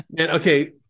Okay